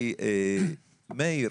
מאיר,